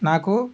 నాకు